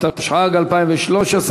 התשע"ג 2013,